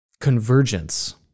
convergence